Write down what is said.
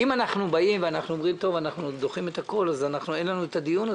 אם אנחנו דוחים את הכול אז אין לנו את הדיון הזה.